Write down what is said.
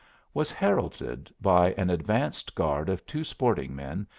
was heralded by an advance-guard of two sporting men,